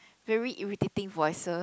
very irritating voices